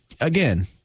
again